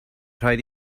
rhaid